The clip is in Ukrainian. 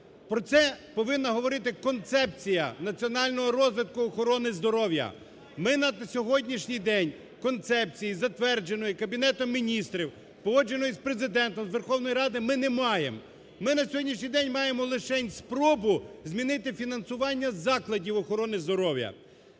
Про це повинна говорити Концепція національного розвитку охорони здоров'я. Ми на сьогоднішній день концепції, затвердженої Кабінетом Міністрів, погодженої з Президентом, з Верховною Радою, ми не маємо. Ми на сьогоднішній день маємо лишень спробу змінити фінансування закладів охорони здоров'я.